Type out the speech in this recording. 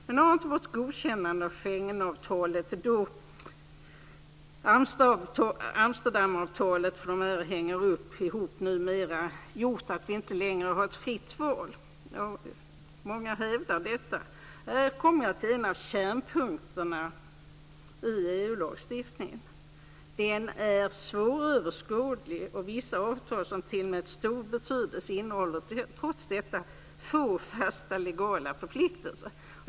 Men har inte vårt godkännande av Schengenavtalet, eller rättare sagt Amsterdamavtalet, för de hänger ihop numera, gjort att vi inte längre har ett fritt val? Många hävdar detta. Här kommer jag till en av kärnpunkterna i EU-lagstiftningen. Den är svåröverskådlig, och vissa avtal som tillmäts stor betydelse innehåller trots detta få fasta legala förpliktelser.